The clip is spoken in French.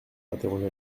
interrogea